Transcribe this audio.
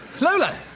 Lola